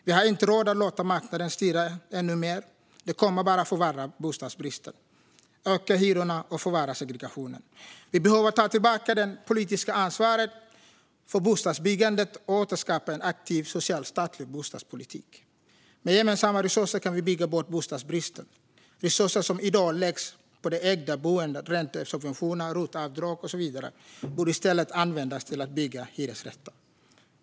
Vi har inte råd att låta marknaden styra ännu mer. Det kommer bara att förvärra bostadsbristen, öka hyrorna och förvärra segregationen. Vi behöver ta tillbaka det politiska ansvaret för bostadsbyggandet och återskapa en aktiv social och statlig bostadspolitik. Med gemensamma resurser kan vi bygga bort bostadsbristen. Resurser som i dag läggs på det ägda boendet - räntesubventioner, ROT-avdrag och så vidare - borde i stället användas till att bygga hyresrätter.